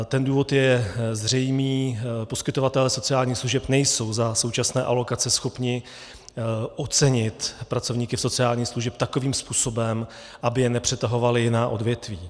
Ten důvod je zřejmý, poskytovatelé sociálních služeb nejsou za současné alokace schopni ocenit pracovníky sociálních služeb takovým způsobem, aby je nepřetahovala jiná odvětví.